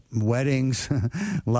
weddings